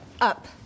up